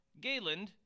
Galen